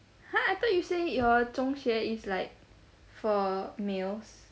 !huh! I thought you say your 中学 is like for males